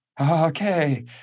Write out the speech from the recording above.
okay